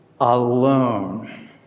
alone